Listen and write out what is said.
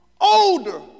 older